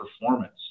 performance